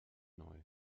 neu